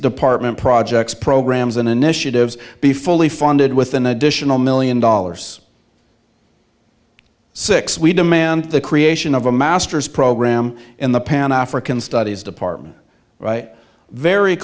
department projects programs and initiatives be fully funded with an additional million dollars six we demand the creation of a master's program in the pan african studies department